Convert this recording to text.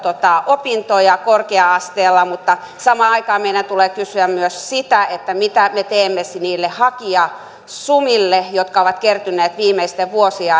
opintoja korkea asteella mutta samaan aikaan meidän tulee kysyä myös mitä me teemme niille hakijasumille jotka ovat kertyneet viimeisten vuosien